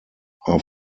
are